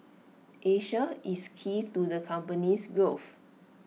Asia is key to the company's growth